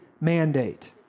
mandate